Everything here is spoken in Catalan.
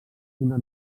una